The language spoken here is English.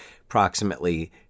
approximately